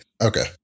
Okay